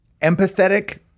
empathetic